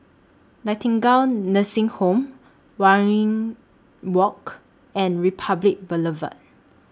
Nightingale Nursing Home Waringin Walk and Republic Boulevard